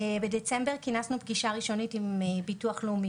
אז בחודש דצמבר כינסנו פגישה ראשונית על המוסד לביטוח לאומי,